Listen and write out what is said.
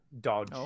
dodge